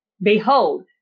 Behold